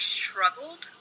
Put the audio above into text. struggled